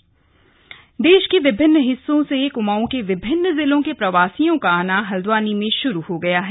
कुमाउं में आगमन देश के विभिन्न हिस्सों से क्माऊं के विभिन्न जिलों के प्रवासियों का आना हल्द्वानी में शुरू हो गया है